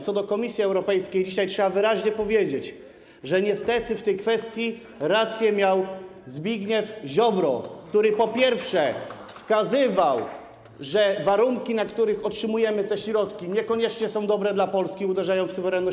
Co do Komisji Europejskiej, dzisiaj trzeba wyraźnie powiedzieć, że niestety w tej kwestii rację miał Zbigniew Ziobro, który, po pierwsze, wskazywał, że warunki, na jakich otrzymujemy te środki, niekoniecznie są dobre dla Polski, uderzają w jej suwerenność.